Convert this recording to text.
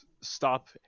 stop